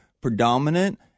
predominant